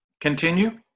Continue